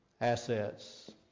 assets